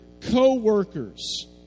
co-workers